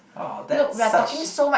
oh that's such